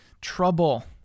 trouble